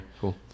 Cool